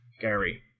Gary